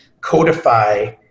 codify